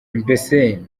mbese